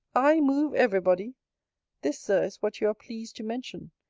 i move every body this, sir, is what you are pleased to mention.